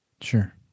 Sure